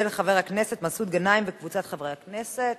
של חבר הכנסת מסעוד גנאים וקבוצת חברי הכנסת.